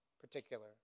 particular